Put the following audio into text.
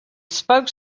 spoke